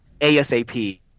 ASAP